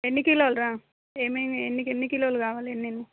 ఎన్ని కిలోలురా ఏమేమి ఎన్ని ఎన్ని కిలోలు కావాలి ఎన్ని ఎన్ని